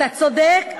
אתה צודק.